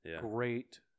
great